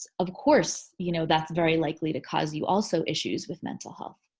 of course, you know that's very likely to cause you also issues with mental health.